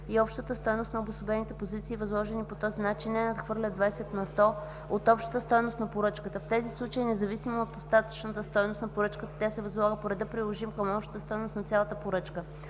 и общата стойност на обособените позиции, възложени по този начин, не надхвърля 20 на сто от общата стойност на поръчката. В тези случаи, независимо от остатъчната стойност на поръчката, тя се възлага по реда, приложим към общата стойност на цялата поръчка.